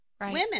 Women